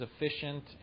efficient